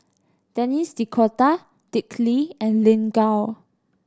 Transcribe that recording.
Denis D'Cotta Dick Lee and Lin Gao